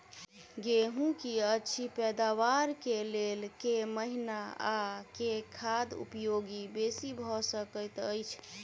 गेंहूँ की अछि पैदावार केँ लेल केँ महीना आ केँ खाद उपयोगी बेसी भऽ सकैत अछि?